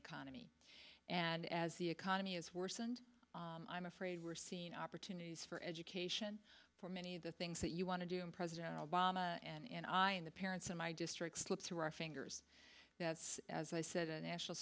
economy and as the economy is worsened i'm afraid we're seeing opportunities for education for many of the things that you want to do and president obama and i and the parents in my district slip through our fingers that's as i said a national